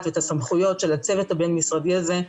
ואת הסמכויות של הצוות הבין משרדי הזה.